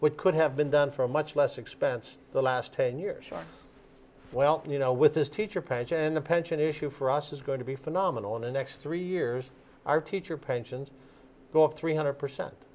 with could have been done for much less expense the last ten years well you know with this teacher page and the pension issue for us is going to be phenomenal in the next three years our teacher pensions go up three hundred percent